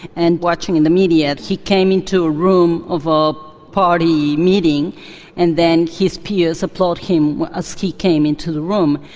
and watching in the media, he came into a room of a party meeting and then his peers applaud him as ah so he came into the room.